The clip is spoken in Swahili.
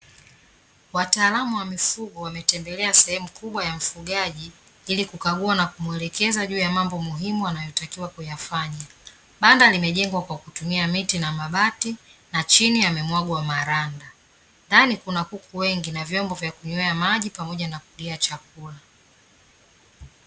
Wataalamu wa mifugo wametembelea sehemu kubwa ya mfugaji, ili kukagua na kumuelekeza juu ya mambo muhimu anayotakiwa kuyafanya. Banda limejengwa kwa kutumia miti na mabati na chini yamemwagwa maranda. Ndani kuna kuku wengi na vyombo vya kunywea maji, pamoja na kulia chakula.